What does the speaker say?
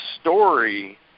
story